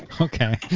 Okay